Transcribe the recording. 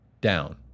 down